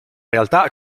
realtà